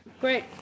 Great